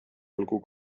olgu